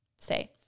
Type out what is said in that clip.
say